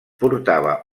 portava